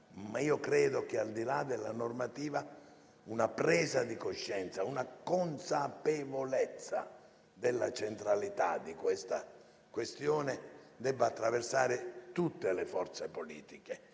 Credo però che, al di là della normativa, una presa di coscienza, una consapevolezza della centralità di tale questione debba attraversare tutte le forze politiche